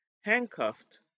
handcuffed